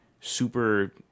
Super